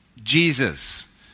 Jesus